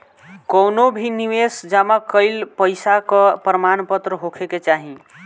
कवनो भी निवेश जमा कईल पईसा कअ प्रमाणपत्र होखे के चाही